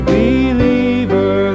believer